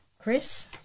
Chris